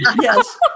Yes